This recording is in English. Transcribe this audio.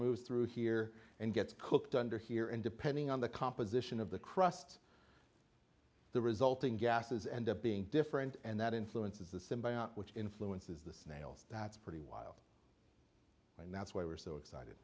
moves through here and gets cooked under here and depending on the composition of the crust the resulting gases end up being different and that influences the symbiote which influences the snails that's pretty wild and that's why we're so excited